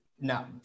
No